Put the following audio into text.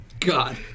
God